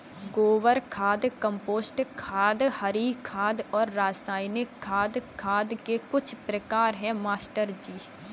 गोबर खाद कंपोस्ट खाद हरी खाद और रासायनिक खाद खाद के कुछ प्रकार है मास्टर जी